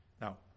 Now